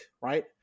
right